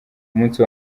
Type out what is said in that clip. umunsi